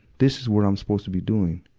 this is where i'm supposed to be doing.